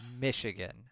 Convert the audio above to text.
Michigan